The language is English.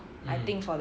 mm